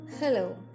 Hello